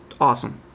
awesome